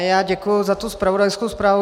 Já děkuji za tu zpravodajskou zprávu.